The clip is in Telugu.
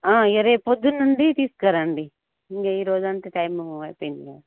రేపు పొద్దున్న నుండి తీసుకురండి ఇంక ఈరోజంత టైము అయిపోయింది